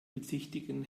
bezichtigen